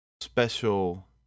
special